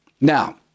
Now